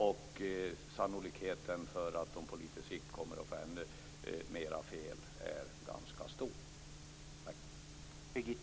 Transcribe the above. Och sannolikheten för att de på litet sikt kommer att få ännu mer fel är ganska stor.